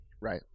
Right